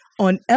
on